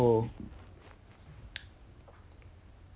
orh for her lah 她的一点的时候 but then 我还没有吃 lah